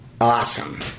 Awesome